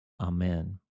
Amen